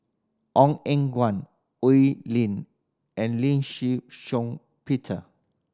Ong Eng Guan Oi Lin and Lee Shih Shiong Peter